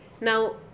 Now